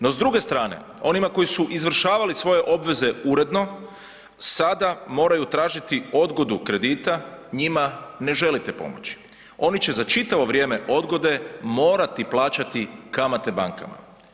No, s druge strane onima koji su izvršavali svoje obveze uredno sada moraju tražiti odgodu kredita, njima ne želite pomoći, oni će za čitavo vrijeme odgode morati plaćati kamate bankama.